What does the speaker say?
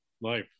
life